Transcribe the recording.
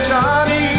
Johnny